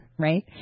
right